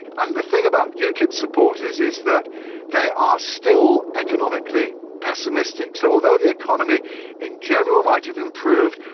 and the thing about ukip supporters is that they are still economically pessimistic. so although the economy in general might have improved,